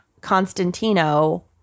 Constantino